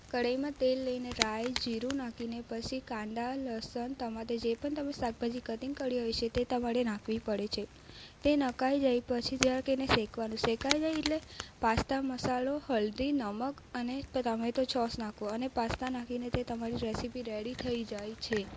કડઈમાં તેલ લઈને રાઈ જીરું નાખીને પછી કાંદા લસણ તમાંથી જે પણ શાકભાજી કટિંગ કર્યું હોય છે તે તમારે નાખવી પડે છે તે નખાઈ જાય પછી જરાક એને શેકવાનું શેકાઈ જાય એટલે પાસ્તા મસાલો હલ્દી નમક અને ટમેતો સોસ નાખવો અને પાસ્તા નાખીને તે તમારી રેસીપી રેડી થઈ જાય છે